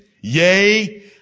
Yea